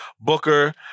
Booker